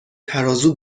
ترازو